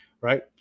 right